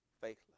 faithless